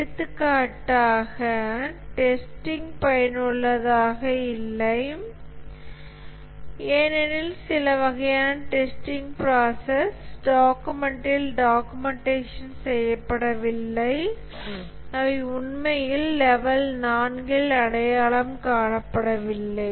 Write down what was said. எடுத்துக்காட்டாக டெஸ்டிங் பயனுள்ளதாக இல்லை ஏனெனில் சில வகையான டெஸ்டிங்கள் பிராசஸ் டாகுமெண்ட்டில் டாக்குமெண்டேஷன் செய்யப்படவில்லை அவை உண்மையில் லெவல் 4 ல் அடையாளம் காணப்படவில்லை